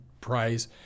prize